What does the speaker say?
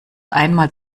einmal